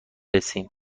رسیم